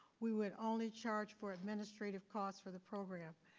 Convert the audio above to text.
we would only charge for administrative costs for the program.